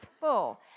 full